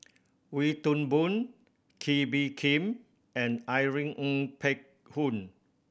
Wee Toon Boon Kee Bee Khim and Irene Ng Phek Hoong